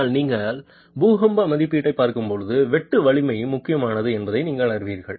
ஆனால் நீங்கள் பூகம்ப மதிப்பீட்டைப் பார்க்கும்போது வெட்டு வலிமை முக்கியமானது என்பதை நீங்கள் அறிவீர்கள்